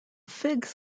figs